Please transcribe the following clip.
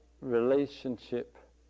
relationship